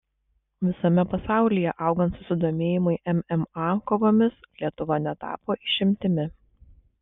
visame pasaulyje augant susidomėjimui mma kovomis lietuva netapo išimtimi